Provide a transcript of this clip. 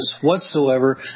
whatsoever